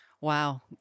Wow